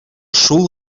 шул